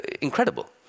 incredible